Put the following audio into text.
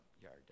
yard